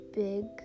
big